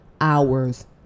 hours